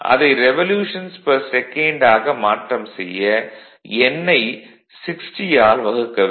அதை revolutions per second ஆக மாற்றம் செய்ய N ஐ 60 ஆல் வகுக்க வேண்டும்